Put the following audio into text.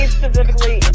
specifically